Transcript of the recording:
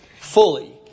fully